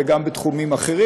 וגם בתחומים אחרים.